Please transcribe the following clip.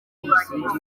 umusingi